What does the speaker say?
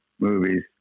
movies